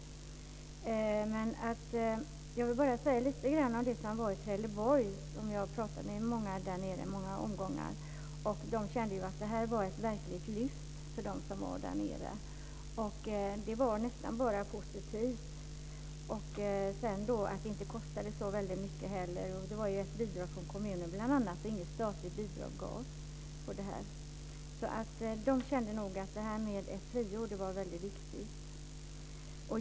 Jag kan nämna lite grann om hur det har varit i Trelleborg. Jag har pratat med många människor där nere i många omgångar. De känner att detta var ett verkligt lyft. Det var nästan bara positivt. Det kostade ju inte heller så väldigt mycket - det gavs ett bidrag från kommunen, men inget statligt bidrag gavs för detta. Där känner man alltså att detta med ett friår är väldigt viktigt.